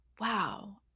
wow